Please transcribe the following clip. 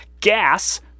Gas